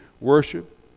worship